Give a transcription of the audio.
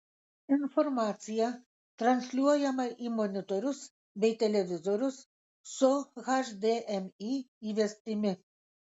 informacija transliuojama į monitorius bei televizorius su hdmi įvestimi